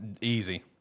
Easy